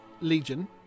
legion